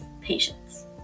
patience